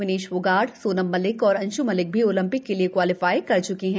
विनेश फोगाट सोनम मलिक और अंश् मलिक भी Olympic के लिए क्वालीफाई कर चुकी हैं